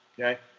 okay